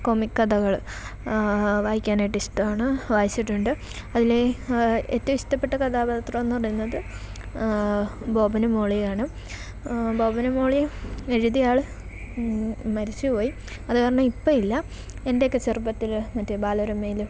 comic കഥകള് വായിക്കാനായിട്ട് ഇഷ്ടവാണ് വായിച്ചിട്ടുണ്ട് അതിലെ ഏറ്റവും ഇഷ്ടപ്പെട്ട കഥാപാത്രമെന്ന് പറയുന്നത് ബോബനും മോളിയുവാണ് ബോബനും മോളിയും എഴുതിയ ആള് മരിച്ച് പോയി അതു കാരണം ഇപ്പം ഇല്ല എൻ്റെ ഒക്കെ ചെറുപ്പത്തില് മറ്റെ ബാലരമയില്